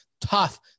tough